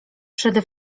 przede